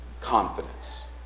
confidence